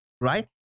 Right